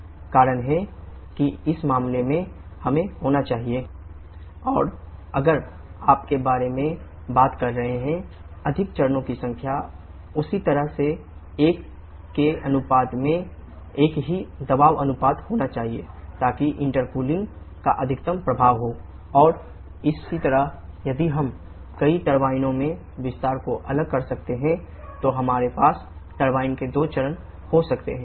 यही कारण है कि इस मामले में हमें होना चाहिए और अगर आप इस बारे में बात कर रहे हैं अधिक चरणों की संख्या उसी तरह से हर एक के अनुपात में एक ही दबाव अनुपात होना चाहिए ताकि इंटेरकूलिंग तक विस्तार कर रहे हैं